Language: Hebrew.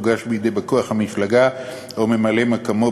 תוגש בידי בא-כוח המפלגה או ממלא-מקומו,